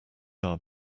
are